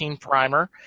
primer